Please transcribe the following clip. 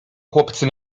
chłopcy